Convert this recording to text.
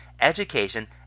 education